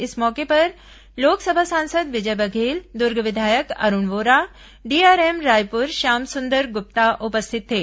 इस मौके पर लोकसभा सांसद विजय बघेल दुर्ग विधायक अरूण वोरा डीआरएम रायपुर श्याम सुंदर गुप्ता उपस्थित थे